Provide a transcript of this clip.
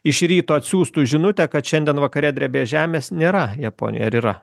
iš ryto atsiųstų žinutę kad šiandien vakare drebės žemės nėra japonijoj ar yra